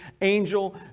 angel